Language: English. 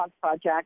Project